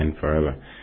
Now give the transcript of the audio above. forever